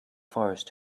forest